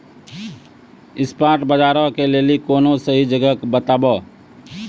spot बजारो के लेली कोनो सही जगह बताबो